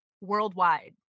worldwide